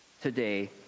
today